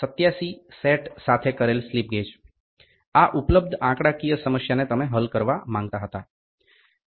87 સાથે સેટ કરેલ slip gauge આ ઉપલબ્ધ આંકડાકીય સમસ્યાને તમે હલ કરવા માંગતા હતા